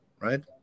right